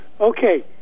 Okay